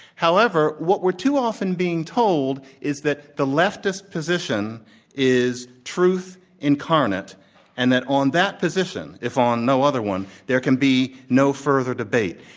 however, what we're too often being told is that the leftist position is truth incarnate and that on that position, if on no other one there can be no further debate.